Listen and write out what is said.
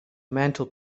mantel